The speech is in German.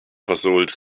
versohlt